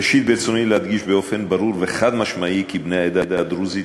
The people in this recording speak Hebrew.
ראשית ברצוני להדגיש באופן ברור וחד-משמעי כי בני העדה הדרוזית